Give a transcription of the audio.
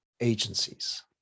agencies